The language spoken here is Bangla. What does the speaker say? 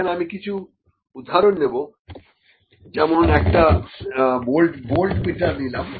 এখন আমি কিছু উদাহরণ নেব যেমন একটা ভোল্টমিটার নিলাম